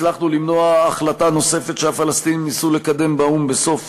הצלחנו למנוע החלטה נוספת שהפלסטינים ניסו לקדם באו"ם בסוף